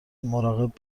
مراقب